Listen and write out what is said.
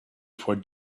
for